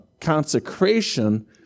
consecration